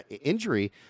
injury